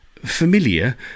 Familiar